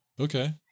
Okay